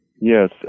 Yes